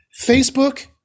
facebook